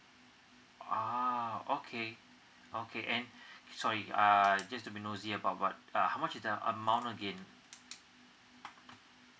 oh okay okay and sorry uh just to be nosy about what uh how much is the amount again